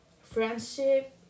friendship